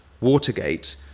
Watergate